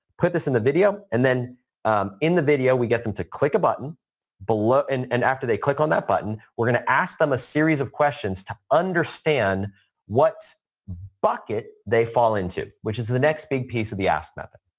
put this in the video and then in the video, we get them to click a button and and after they click on that button, we're going to ask them a series of questions to understand what bucket they fall into, which is the next big piece of the ask method.